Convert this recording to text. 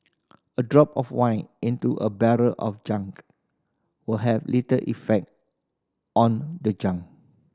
a drop of wine into a barrel of gunk will have little effect on the gunk